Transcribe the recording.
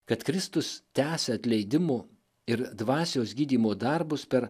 kad kristus tęsia atleidimo ir dvasios gydymo darbus per